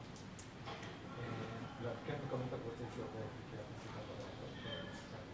ועדת העבודה והרווחה קוראת למשרד הבריאות: